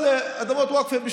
על אדמות ווקף אתם נותנים לנו?